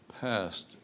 passed